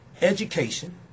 education